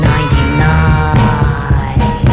Ninety-Nine